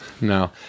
No